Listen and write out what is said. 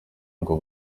ngo